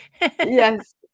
yes